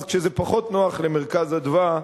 אז כשזה פחות נוח ל"מרכז אדוה"